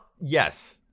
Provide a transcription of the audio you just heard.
Yes